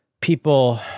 people